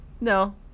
No